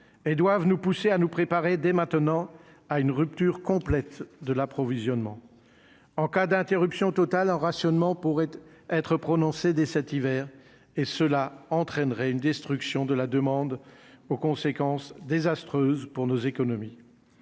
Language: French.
et doivent nous pousser à nous préparer dès maintenant à une rupture complète de l'approvisionnement en cas d'interruption totale en rationnement pourrait être prononcée dès cet hiver et cela entraînerait une destruction de la demande, aux conséquences désastreuses pour nos économies,